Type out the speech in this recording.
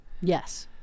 Yes